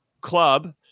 club